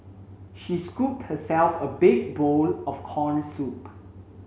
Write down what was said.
she scooped herself a big bowl of corn soup